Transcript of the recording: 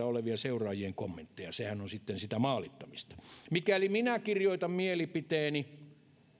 olevien seuraajien kommentteja sehän on sitten sitä maalittamista mikäli minä kirjoitan mielipiteeni